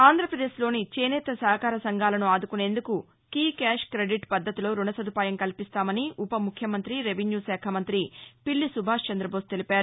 ఆంధ్రప్రదేశ్లోని చేనేత సహకార సంఘాలను ఆదుకునేందుకు కీ క్యాష్ క్రెడిట్ పద్గతిలో రుణ సదుపాయం కల్పిస్తామని ఉప ముఖ్యమంతి రెవెన్యూ శాఖ మంతి పిల్లి సుభాష్ చంద్రబోస్ తెలిపారు